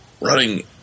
running